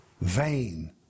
vain